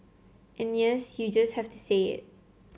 and yes you just have to say it